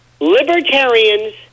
Libertarians